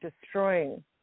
destroying